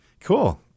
Cool